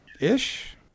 ish